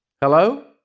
Hello